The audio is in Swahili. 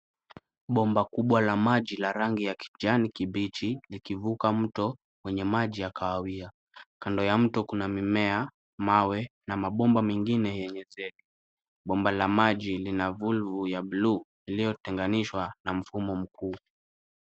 Bomba kubwa la maji la rangi ya kijani kibichi likivuka mto wenye maji ya kahawia. Kando ya mto kuna mimea, mawe na mabomba mengine yenye zege. Bomba la maji lina valvu ya bluu iliyotenganishwa na mfumo mkuu.